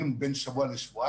המינימום היה בין שבוע לשבועיים.